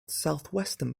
southwestern